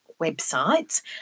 websites